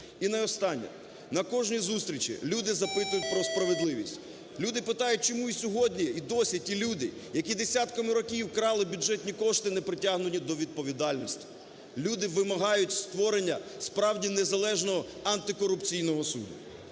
І наостаннє. На кожній зустрічі люди запитують про справедливість, люди питають, чому сьогодні і досі ті люди, які десятки років крали бюджетні кошти, не притягнені до відповідальності, люди вимагають створення справді незалежного Антикорупційного суду.